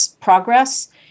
progress